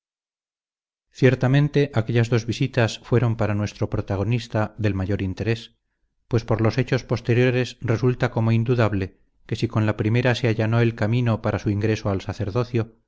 ciertamente aquellas dos visitas fueron para nuestro protagonista del mayor interés pues por los hechos posteriores resulta como indudable que si con la primera se allanó el camino para su ingreso al sacerdocio